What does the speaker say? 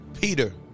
Peter